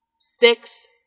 sticks